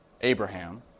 Abraham